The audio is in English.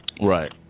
Right